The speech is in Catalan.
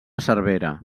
cervera